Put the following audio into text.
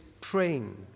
praying